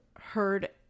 heard